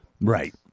Right